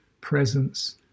presence